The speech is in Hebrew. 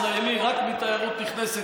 שהכניס למשק הישראלי רק מתיירות נכנסת